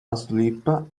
asleep